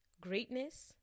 greatness